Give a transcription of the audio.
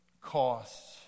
costs